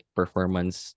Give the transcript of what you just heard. performance